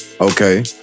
Okay